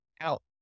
out